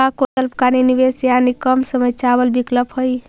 का कोई अल्पकालिक निवेश यानी कम समय चावल विकल्प हई?